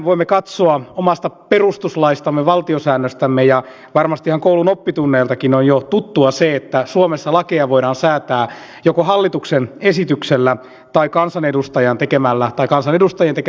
voimme katsoa omasta perustuslaistamme valtiosäännöstämme ja varmasti ihan koulun oppitunneiltakin on jo tuttua se että suomessa lakeja voidaan säätää joko hallituksen esityksellä tai kansanedustajan tai kansanedustajien tekemällä lakialoitteella